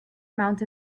amount